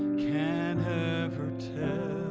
can ever tell